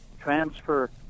transfer